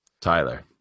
tyler